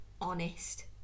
honest